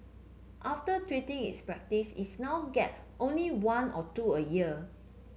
after tweeting its practice is now get only one or two a year